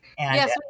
Yes